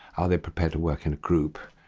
are they prepared to work in a group?